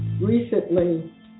recently